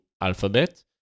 alphabet